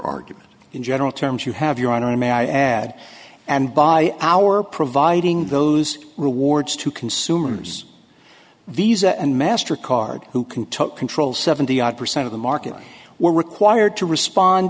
argument in general terms you have your honor may i add and by our providing those rewards to consumers these and master card who can took control seventy odd percent of the market were required to respond